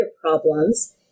problems